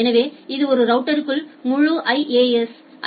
எனவே இது ஒரு ரவுட்டர்க்குள் முழு ஐ